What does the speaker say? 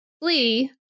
flee